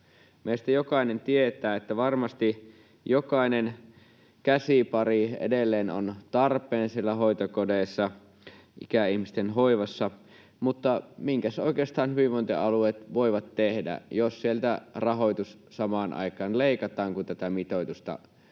Meistä jokainen tietää, että varmasti jokainen käsipari edelleen on tarpeen siellä hoitokodeissa, ikäihmisten hoivassa, mutta mitä oikeastaan hyvinvointialueet voivat tehdä, jos sieltä rahoitus samaan aikaan leikataan, kun tätä mitoitusta